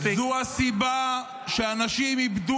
זו לא רק מחיקת